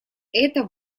это